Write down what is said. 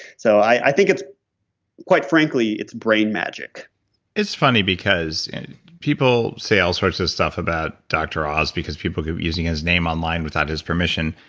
so i think it's quite frankly, it's brain magic it's funny because and people say all sorts of stuff about dr. oz because people kept using his name online without his permission.